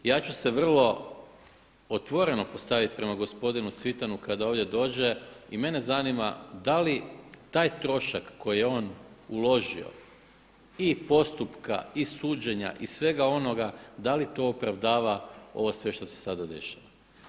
Ja ću se vrlo otvoreno postaviti prema gospodinu Cvitanu kada ovdje dođe i mene zanima da li ta trošak koji je on uložio i postupka i suđenja i svega onoga da li to opravdava ovo sve što se sada dešava.